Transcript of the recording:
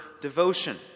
devotion